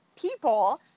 people